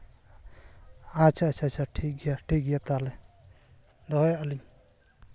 ᱟᱪᱪᱷᱟ ᱟᱪᱪᱷᱟ ᱟᱪᱪᱷᱟ ᱴᱷᱤᱠᱜᱮᱭᱟ ᱴᱷᱤᱠᱜᱮᱭᱟ ᱛᱟᱦᱚᱞᱮ ᱫᱚᱦᱚᱭᱮᱜᱼᱟ ᱞᱤᱧ